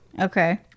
Okay